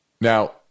Now